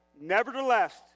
Nevertheless